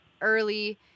early